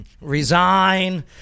Resign